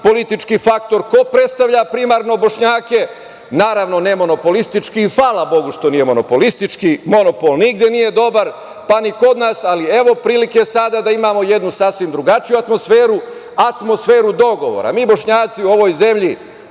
politički faktori, ko predstavlja primarno Bošnjake, naravno ne monopolistički i hvala Bogu što nije monopolistički. Monopol nigde nije dobar, pa ni kod nas, ali evo prilike sada da imamo jednu sasvim drugačiju atmosferu, atmosferu dogovora. Mi Bošnjaci u ovoj zemlji